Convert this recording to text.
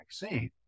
vaccine